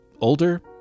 older